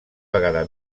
vegada